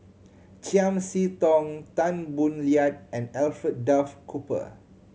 Chiam See Tong Tan Boo Liat and Alfred Duff Cooper